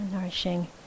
Nourishing